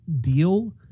deal